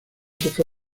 sofá